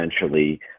essentially